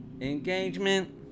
engagement